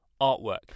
artwork